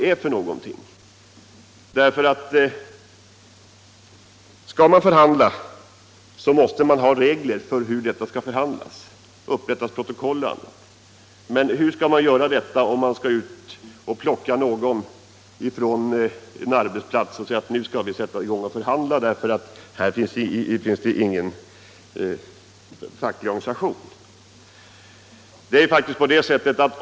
Skall man förhandla måste man ju också ha regler för hur en förhandling skall gå till, hur protokoll skall upprättas och annat, men hur skall detta gå till om man skall plocka ut någon från en arbetsplats och säga: Nu skall vi sätta i gång och förhandla, därför att här finns det ingen facklig organisation?